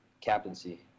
captaincy